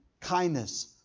kindness